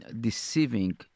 deceiving